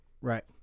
Right